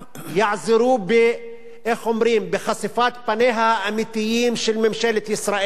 יעזרו בחשיפת פניה האמיתיים של ממשלת ישראל: